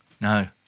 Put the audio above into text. No